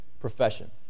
Profession